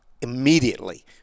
immediately